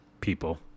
people